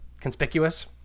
conspicuous